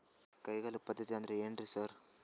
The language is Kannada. ಕೈಗಾಳ್ ಪದ್ಧತಿ ಅಂದ್ರ್ ಏನ್ರಿ ಸರ್?